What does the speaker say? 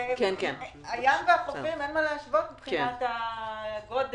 אין מה להשוות עם הים והחופים מבחינת הגודל,